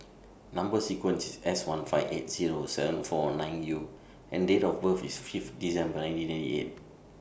Number sequence IS S one five eight Zero seven four nine U and Date of birth IS five December nineteen ninety eight